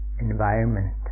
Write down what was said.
environment